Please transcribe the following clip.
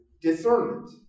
discernment